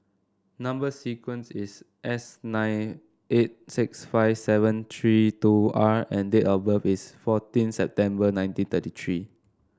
number sequence is S nine eight six five seven three two R and date of birth is fourteen September nineteen thirty three